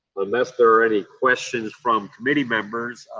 unless there are any questions from committee members,